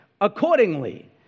accordingly